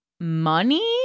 money